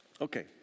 Okay